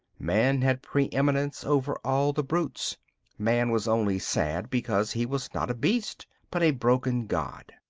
man had pre-eminence over all the brutes man was only sad because he was not a beast, but a broken god.